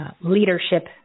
leadership